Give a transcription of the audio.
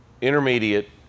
intermediate